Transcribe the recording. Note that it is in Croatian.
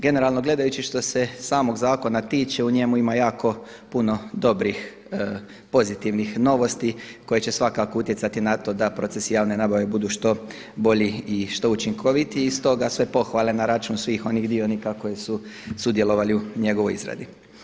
Generalno gledajući što se samog zakona tiče u njemu ima jako puno dobrih, pozitivnih novosti koje će svakako utjecati na to da proces javne nabave bude što bolji i što učinkovitiji i stoga sve pohvale na račun svih onih dionika koji su sudjelovali u njegovoj izradi.